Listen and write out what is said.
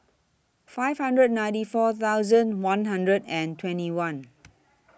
five hundred and ninety four thousand one hundred and twenty one